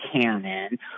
canon